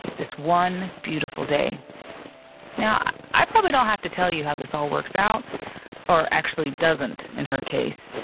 this one beautiful day now, i probably don't have to tell you how this all works out or actually doesn't. in her case,